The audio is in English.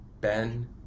Ben